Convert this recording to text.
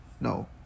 No